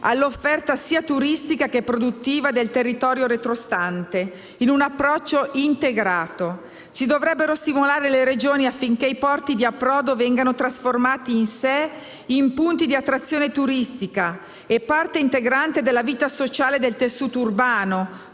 all'offerta sia turistica che produttiva del territorio retrostante, in un approccio integrato. Si dovrebbero stimolare le Regioni affinché i porti di approdo vengano trasformati in sé in punti di attrazione turistica e diventino parte integrante della vita sociale del tessuto urbano,